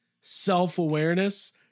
self-awareness